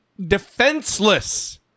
defenseless